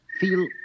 feel